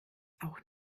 auch